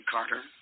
Carter